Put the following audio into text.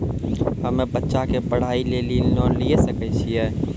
हम्मे बच्चा के पढ़ाई लेली लोन लिये सकय छियै?